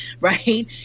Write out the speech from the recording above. right